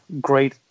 great